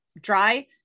dry